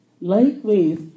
Likewise